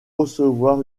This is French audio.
recevoir